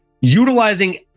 utilizing